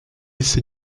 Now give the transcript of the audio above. ces